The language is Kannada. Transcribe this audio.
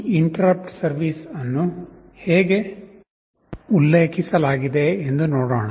ಈ ಇಂಟರಪ್ಟ್ ಸರ್ವಿಸ್ ಅನ್ನು ಹೇಗೆ ಉಲ್ಲೇಖಿಸಲಾಗಿದೆ ಎಂದು ನೋಡೋಣ